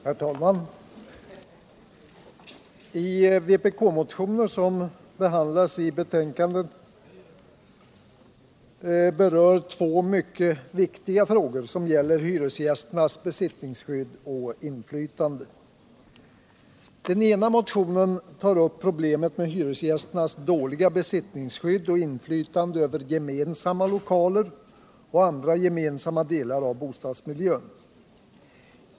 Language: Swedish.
Herr talman! De vpk-motioner som behandlas i betänkandet berör två mycket viktiga frågor som gäller hyresgästernas besittningsskydd och inflytande. Den ena motionen tar upp problemet med hyresgästernas dåliga besittningsskydd och inflytande över gemensamma lokaler och andra gemensamma delar av bostadsmiljön.